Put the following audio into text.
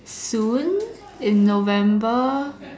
soon in November